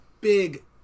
big